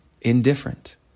indifferent